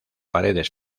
paredes